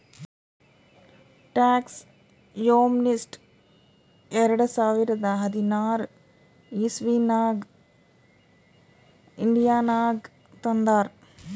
tax amnesty ಎರಡ ಸಾವಿರದ ಹದಿನಾರ್ ಇಸವಿನಾಗ್ ಇಂಡಿಯಾನಾಗ್ ತಂದಾರ್